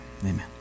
Amen